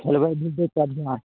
खेलबैत धुपैत हेता